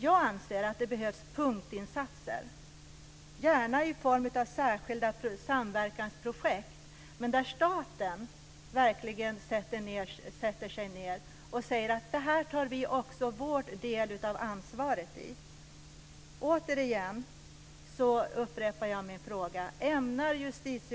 Jag anser att det behövs punktinsatser - gärna i form av särskilda samverkansprojekt där staten verkligen sätter sig ned och säger: Det här tar vi också vår del av ansvaret i.